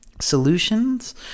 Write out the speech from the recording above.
solutions